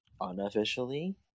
unofficially